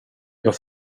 jag